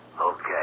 Okay